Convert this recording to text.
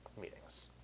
meetings